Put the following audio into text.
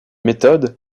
méthode